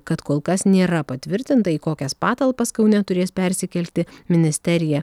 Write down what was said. kad kol kas nėra patvirtinta į kokias patalpas kaune turės persikelti ministerija